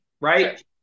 right